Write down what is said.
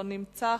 לא נמצא,